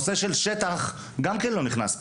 השטח גם לא נכנס פה.